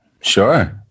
Sure